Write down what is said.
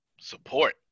Support